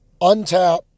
untap